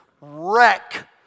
wreck